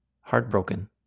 heartbroken